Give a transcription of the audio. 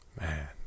Man